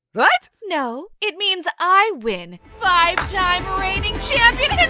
but no. it means i win. five-time reigning champion,